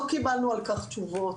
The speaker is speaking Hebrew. לא קיבלנו על כך תשובות.